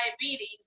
diabetes